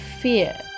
fear